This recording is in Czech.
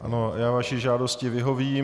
Ano, já vaší žádosti vyhovím.